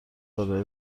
داره